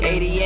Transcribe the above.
88